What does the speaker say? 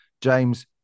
James